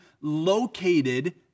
located